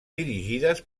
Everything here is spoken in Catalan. dirigides